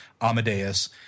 Amadeus